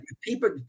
People